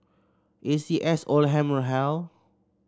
A C S Oldham Hall